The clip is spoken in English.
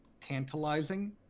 tantalizing